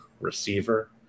Receiver